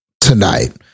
tonight